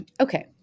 okay